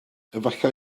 efallai